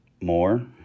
more